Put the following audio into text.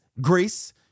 grace